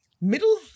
middle